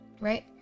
right